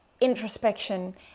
introspection